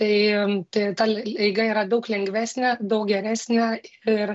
tai tai ta li eiga yra daug lengvesnė daug geresnė ir